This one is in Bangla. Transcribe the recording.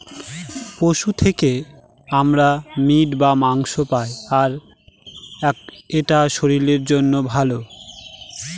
পশু থেকে আমরা মিট বা মাংস পায়, আর এটা শরীরের জন্য ভালো